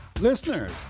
Listeners